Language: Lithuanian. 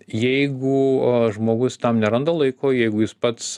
jeigu žmogus tam neranda laiko jeigu jis pats